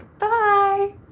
Bye